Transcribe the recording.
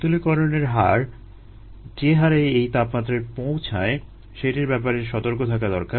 শীতলীকরণের হার যে হারে এই তাপমাত্রায় পৌঁছায় সেটির ব্যাপারে সতর্ক থাকা দরকার